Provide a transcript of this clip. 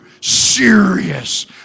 serious